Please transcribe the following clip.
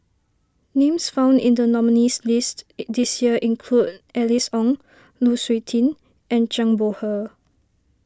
names found in the nominees' list this year include Alice Ong Lu Suitin and Zhang Bohe